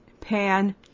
pan